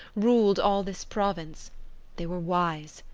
ruled all this province they were wise,